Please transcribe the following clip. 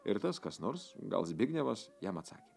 ir tas kas nors gal zbignevas jam atsakė